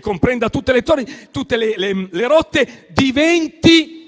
comprendente tutte le rotte - diventi